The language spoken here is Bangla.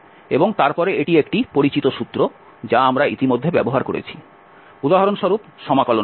এবং তারপরে এটি একটি পরিচিত সূত্র যা আমরা ইতিমধ্যে ব্যবহার করেছি উদাহরণস্বরূপ সমাকলনবিদ্যা